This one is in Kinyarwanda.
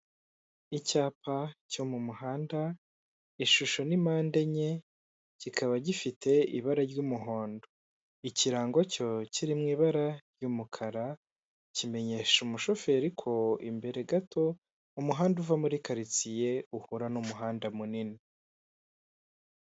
Icyapa cyo mu muhanda ishusho ni mpande enye, kikaba gifite ibara ry'umuhondo, ikirango cyo kiri mu ibara ry'umukara, kimenyesha umushoferi ko imbere gato umuhanda uva muri karitsiye uhura n'umuhanda munini.